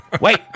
Wait